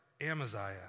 Amaziah